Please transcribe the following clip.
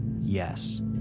Yes